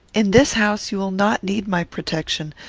in this house you will not need my protection,